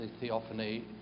theophany